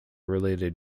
related